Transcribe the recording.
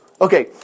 Okay